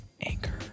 anchor